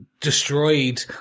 destroyed